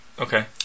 okay